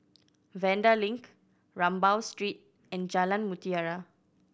Vanda Link Rambau Street and Jalan Mutiara